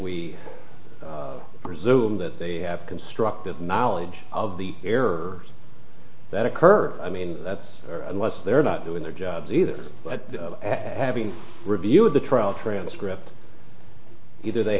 we presume that they have constructed knowledge of the errors that occurred i mean that's unless they're not doing their jobs either but having reviewed the trial transcripts either they